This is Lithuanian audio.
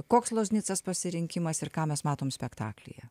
koks loznicas pasirinkimas ir ką mes matom spektaklyje